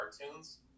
cartoons